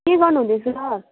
के गर्नु हुँदैछ